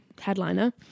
headliner